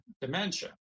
dementia